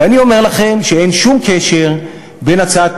ואני אומר לכם שאין שום קשר בין הצעת